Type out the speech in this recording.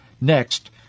next